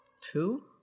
two